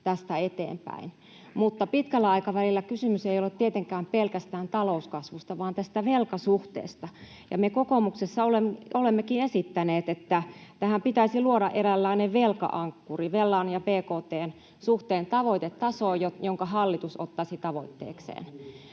tästä eteenpäin. Pitkällä aikavälillä kysymys ei ole tietenkään pelkästään talouskasvusta, vaan tästä velkasuhteesta. Me kokoomuksessa olemmekin esittäneet, että tähän pitäisi luoda eräänlainen velka-ankkuri, velan ja bkt:n suhteen tavoitetaso, jonka hallitus ottaisi tavoitteekseen.